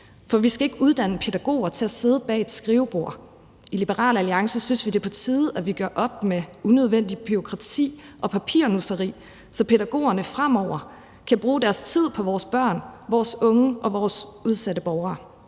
For vi skal ikke uddanne pædagoger til at sidde bag et skrivebord. I Liberal Alliance synes vi, det er på tide, at vi gør op med unødvendigt bureaukrati og papirnusseri, så pædagogerne fremover kan bruge deres tid på vores børn, vores unge og vores udsatte borgere.